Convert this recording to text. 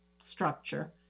structure